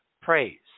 praise